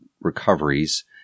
recoveries